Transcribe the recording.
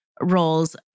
roles